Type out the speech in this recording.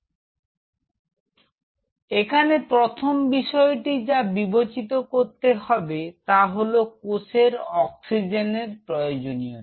সুতরাং এখানে প্রথম বিষয়টি যা বিবেচিত করতে হবে তা হলো কোষের অক্সিজেনের প্রয়োজনীয়তা